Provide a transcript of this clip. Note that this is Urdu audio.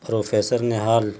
پروفیسر نہحال